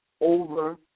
over